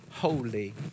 Holy